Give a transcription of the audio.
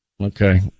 Okay